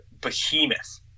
behemoth